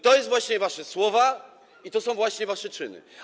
To są właśnie wasze słowa i to są właśnie wasze czyny.